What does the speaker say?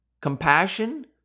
compassion